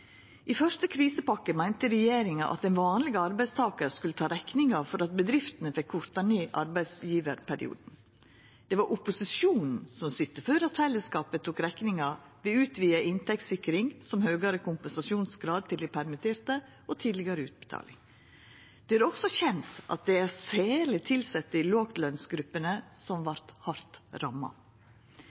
I første krisepakke meinte regjeringa at den vanlege arbeidstakar skulle ta rekninga for at bedriftene fekk korta ned arbeidsgjevarperioden. Det var opposisjonen som sytte for at fellesskapet tok rekninga ved utvida inntektssikring, som høgare kompensasjonsgrad til dei permitterte og tidlegare utbetaling. Det er også kjent at det særleg er tilsette i låglønsgruppene som vart hardt ramma.